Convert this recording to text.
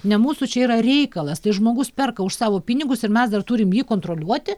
ne mūsų čia yra reikalas tai žmogus perka už savo pinigus ir mes dar turim jį kontroliuoti